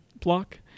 block